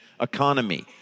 economy